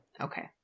Okay